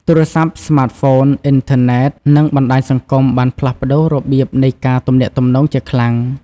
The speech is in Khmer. ទូរស័ព្ទស្មាតហ្វូន អ៊ីនធឺណេត និងបណ្តាញសង្គម បានផ្លាស់ប្តូររបៀបនៃការទំនាក់ទំនងជាខ្លាំង។